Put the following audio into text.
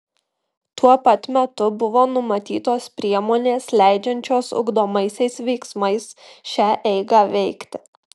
tuo pat metu buvo numatytos priemonės leidžiančios ugdomaisiais veiksmais šią eigą veikti